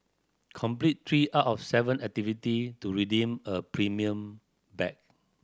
complete three out of seven activity to redeem a premium bag